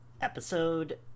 episode